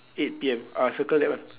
eight P_M ah circle that one